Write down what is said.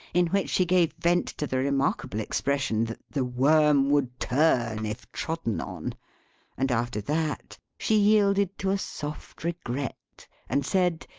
in which she gave vent to the remarkable expression that the worm would turn if trodden on and after that, she yielded to a soft regret, and said,